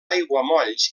aiguamolls